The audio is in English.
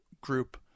group